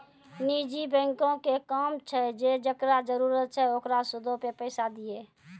निजी बैंको के काम छै जे जेकरा जरुरत छै ओकरा सूदो पे पैसा दिये